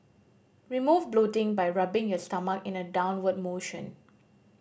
remove bloating by rubbing your stomach in a downward motion